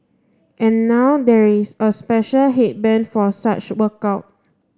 and now there is a special headband for such workout